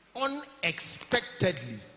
unexpectedly